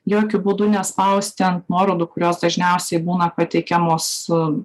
jokiu būdu nespausti ant nuorodų kurios dažniausiai būna pateikiamos su